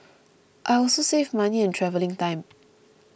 I also save money and travelling time